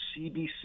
CBC